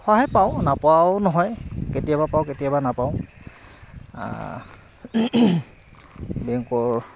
সহায় পাওঁ নাপায়াও নহয় কেতিয়াবা পাওঁ কেতিয়াবা নাপাওঁ বেংকৰ